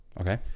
Okay